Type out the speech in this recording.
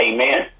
Amen